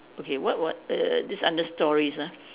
okay what what err this under stories ah